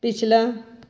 ਪਿਛਲਾ